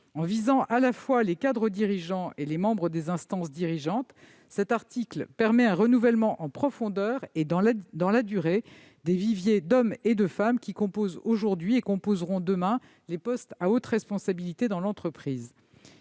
ans. Visant à la fois les cadres dirigeants et les membres des instances dirigeantes, cet article permet un renouvellement en profondeur et dans la durée des viviers d'hommes et de femmes qui occupent aujourd'hui et occuperont demain les postes à haute responsabilité dans l'entreprise.